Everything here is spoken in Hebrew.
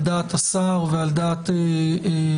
על דעת השר ועל דעת הממשלה.